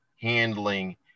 handling